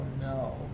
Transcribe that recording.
no